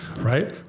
right